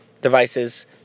devices